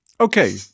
Okay